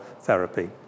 therapy